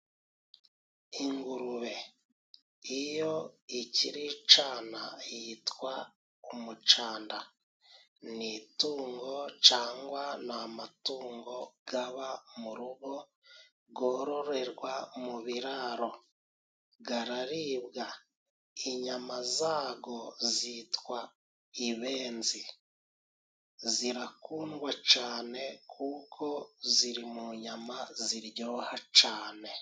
Ingurube iyo ikiri icyana yitwa umucanda. Ni itungo cyangwa ni amatungo aba mu rugo, yororerwa mu biraro. Araribwa inyama zayo zitwa ibenzi. Zirakundwa cyane kuko ziri mu nyama ziryoha cyane.